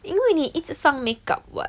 因为你一直放 makeup what